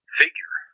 figure